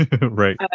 Right